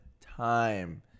time